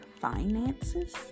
finances